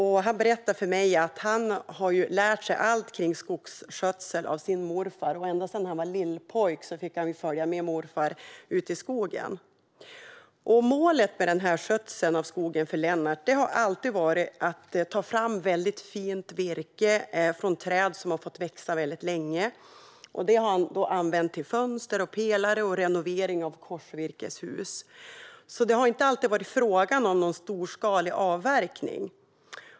Han berättade för mig att han har lärt sig allt om skogsskötsel av sin morfar. Ända sedan han var lillpojk fick han följa med morfar ut i skogen. Målet med skötseln av skogen för Lennart har alltid varit att ta fram väldigt fint virke från träd som har fått växa väldigt länge. Det har han använt till fönster, pelare och renovering av korsvirkeshus. Det har inte alltid varit fråga om någon storskalig avverkning.